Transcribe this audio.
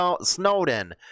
Snowden